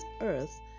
earth